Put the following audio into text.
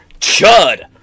Chud